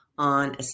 On